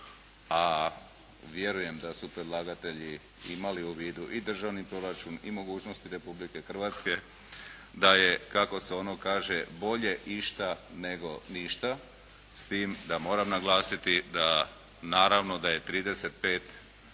a vjerujem da su predlagatelji imali u vidu i državni proračun i mogućnosti Republike Hrvatske, da je kako se ono kaže bolje išta nego ništa, s tim da moram naglasiti da naravno da je 35